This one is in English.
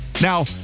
Now